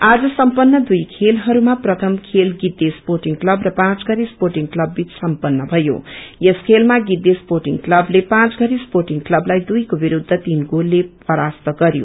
आज सम्पन्न दुई खेलहरूमा प्रथम खेल गिछे स्पेंटिङ क्लब र पाँच घरे स्पेंटिङ क्लब बीच सम्पन्न भयो यस खेलमा गिछे स्पेंटिङ क्लबले पाँचघरे स्पोडिङ क्लबलाई दुईको विस्द्ध तीन गोलले परास्त गरयो